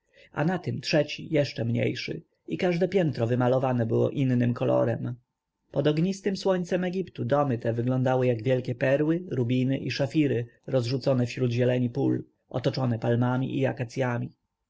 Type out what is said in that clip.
a na tym trzeci jeszcze mniejszy i każde piętro wymalowane było innym kolorem pod ognistem słońcem egiptu domy te wyglądały jak wielkie perły rubiny i szafiry rozrzucone wśród zieleni pól otoczone palmami i